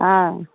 آ